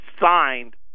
signed